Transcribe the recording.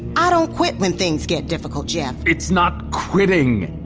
i don't quit when things get difficult, geoff it's not quitting!